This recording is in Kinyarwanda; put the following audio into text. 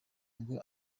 ngo